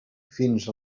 fins